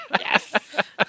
Yes